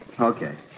Okay